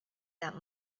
that